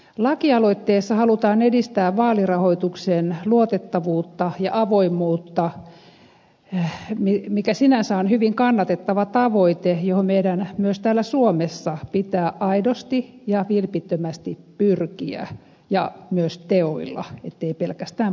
lakialoitteessa halutaan edistää vaalirahoituksen luotettavuutta ja avoimuutta mikä sinänsä on hyvin kannatettava tavoite johon meidän myös täällä suomessa pitää aidosti ja vilpittömästi pyrkiä ja myös teoilla ettei pelkästään puheilla